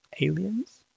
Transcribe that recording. Aliens